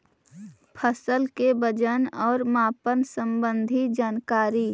फसल के वजन और मापन संबंधी जनकारी?